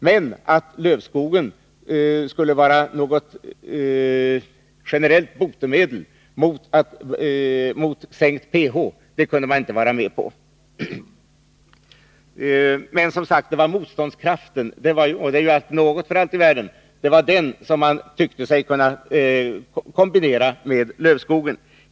Men att lövskogen skulle vara något generellt botemedel mot en sänkning av pH-värdet kunde man inte gå med på. Det var som sagt motståndskraften som förbättrades vid plantering av lövskog.